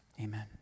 amen